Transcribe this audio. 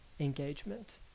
engagement